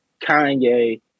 kanye